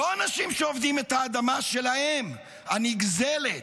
לא אנשים שעובדים את האדמה שלהם, הנגזלת,